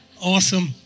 Awesome